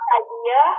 idea